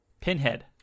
Pinhead